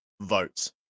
votes